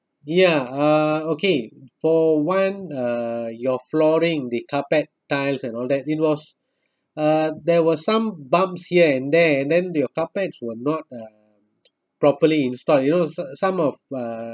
ya uh okay for one uh your flooring the carpet tiles and all that it was uh there were some bumps here and there and then your carpets were not uh properly installed you know some of uh